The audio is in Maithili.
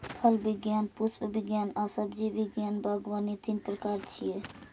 फल विज्ञान, पुष्प विज्ञान आ सब्जी विज्ञान बागवानी तीन प्रकार छियै